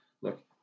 look